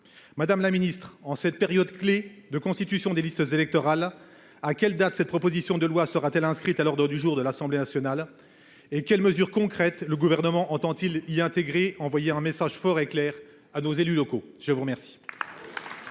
Madame la ministre, en cette période clé de constitution des listes électorales, à quelle date cette proposition de loi sera t elle inscrite à l’ordre du jour de l’Assemblée nationale ? Quelles mesures concrètes le Gouvernement entend il y intégrer pour envoyer un message fort et clair à nos élus locaux ? La parole